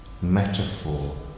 metaphor